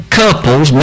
couples